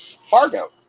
Fargo